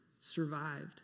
survived